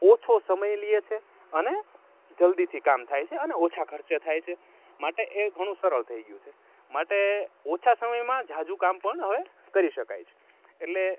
ઓછો સમય લ્યે છે અને જલદીથી કામ થાય છે અને ઓછા ખર્ચે થાય છે માટે એ ઘણું સરળ થઈ ગ્યું છે માટે ઓછા સમયમાં જાજું કામ પણ હવે કરી શકાય છે એટલે